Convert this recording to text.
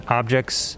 objects